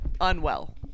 unwell